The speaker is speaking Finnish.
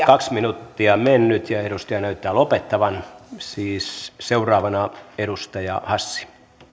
kaksi minuuttia mennyt ja edustaja näyttää lopettavan siis seuraavana edustaja hassi